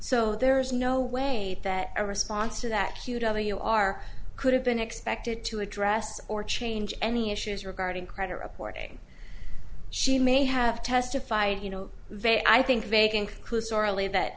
so there is no way that a response to that cute other you are could have been expected to address or change any issues regarding credit reporting she may have testified you know they i think th